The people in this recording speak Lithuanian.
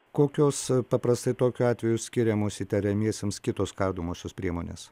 kokios paprastai tokiu atveju skiriamos įtariamiesiems kitos kardomosios priemonės